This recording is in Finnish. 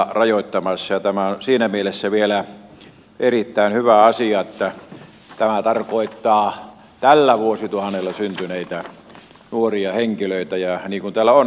tämä on vielä siinä mielessä erittäin hyvä asia että tämä tarkoittaa tällä vuosituhannella syntyneitä nuoria henkilöitä niin kuin täällä on